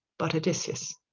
but odysseus'